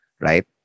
right